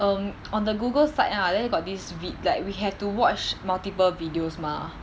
um on the Google slide ah then got this vid like we have to watch multiple videos mah